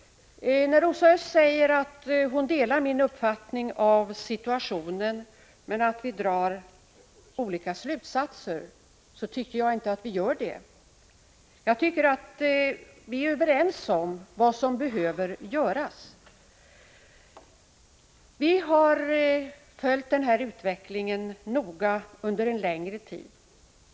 Rosa Östh säger att hon delar min uppfattning av situationen, men att vi drar olika slutsatser. Jag tycker inte att vi gör det, utan jag tycker att vi är överens om vad som behöver göras. Vi har följt den här utvecklingen noga under en längre tid.